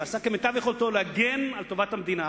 ועשה כמיטב יכולתו להגן על טובת המדינה.